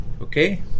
Okay